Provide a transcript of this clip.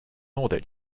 audit